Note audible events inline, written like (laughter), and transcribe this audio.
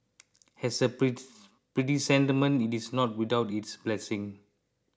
as a (unintelligible) it is not without its blessing